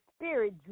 spirit